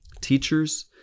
teachers